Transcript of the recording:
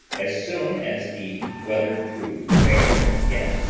as soon as the weather proved fair again,